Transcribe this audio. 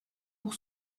pour